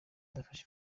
adafashe